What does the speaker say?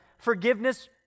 forgiveness